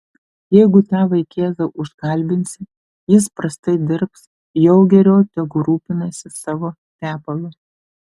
jeigu tą vaikėzą užkalbinsi jis prastai dirbs jau geriau tegu rūpinasi savo tepalu